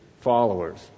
followers